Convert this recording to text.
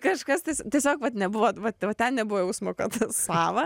kažkas tai tiesiog vat nebuvo va ten nebuvo jausmo kad sava